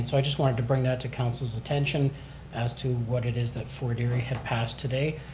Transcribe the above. so i just wanted to bring that to council's attention as to what it is that fort erie had passed today.